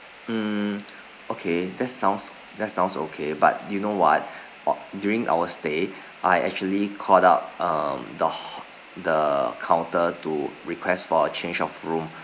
mm okay that sounds that sounds okay but you know what or during our stay I actually called out um the h~ the counter to request for a change of room